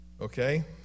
Okay